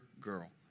girl